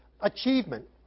Achievement